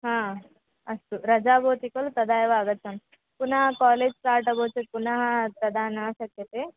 हा अस्तु रजा भवति कलु तदा एव आगच्छामि पुनः कालेज् स्टार्ट् अबवत् पुनः तदा न शक्यते